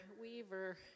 Weaver